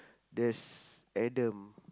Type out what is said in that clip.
there's Adam